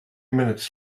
minutes